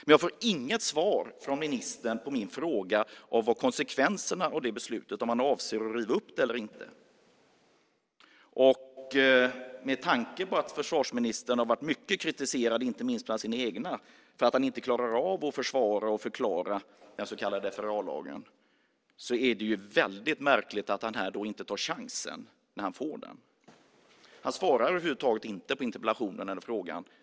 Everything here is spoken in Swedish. Men jag får inget svar av ministern på frågan om konsekvenserna av det beslutet och om han avser att riva upp det eller inte. Med tanke på att försvarsministern har varit mycket kritiserad, inte minst bland sina egna, för att han inte klarar av att försvara och förklara den så kallade FRA-lagen är det väldigt märkligt att han här inte tar chansen när han får den. Han svarar över huvud taget inte på interpellationen eller frågan.